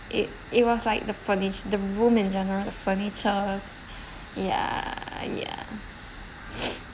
it it was like the furnish~ the room in general the furniture's ya ya